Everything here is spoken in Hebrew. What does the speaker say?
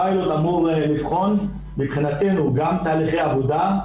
הפיילוט אמור לבחון מבחינתנו גם תהליכי עבודה,